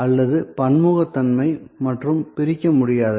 மற்றும் பன்முகத்தன்மை மற்றும் பிரிக்க முடியாதவை